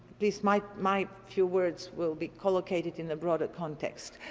this might might few words will be co-located in a broader context.